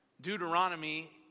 Deuteronomy